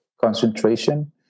concentration